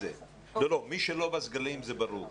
מי שלא בסגלים, זה ברור.